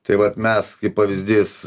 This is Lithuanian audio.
tai vat mes kaip pavyzdys